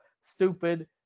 stupid